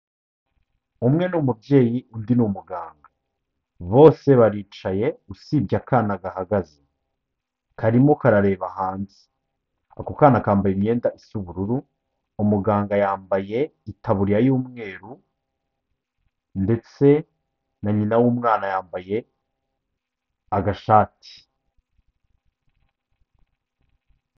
Umwe ni umubyeyi undi ni umuganga, bose baricaye usibye akana gahagaze karimo karareba hanze, ako kana kambaye imyenda isa ubururu, umuganga yambaye itaburiya y'umweru ndetse na nyina w'umwana yambaye agashati.